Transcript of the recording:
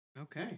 Okay